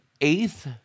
eighth